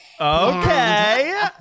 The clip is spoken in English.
Okay